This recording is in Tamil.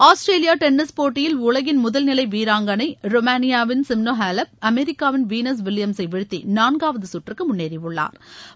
ஆஸ்திரேலிய டென்னிஸ் போட்டியில் உலகின் முதல்நிலை வீராங்கனை ரொமேனியாவின் சிமோனா ஹெலட் அமெரிக்காவில் வீனஸ் வில்லியம்சை வீழ்த்தி நான்காவது கற்றுக்கு முன்னேறியுள்ளாா்